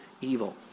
evil